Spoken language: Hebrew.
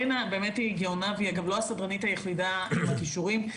באמת הגאונה והיא אגב לא הסדרנית היחידה עם הכישורים.